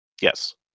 Yes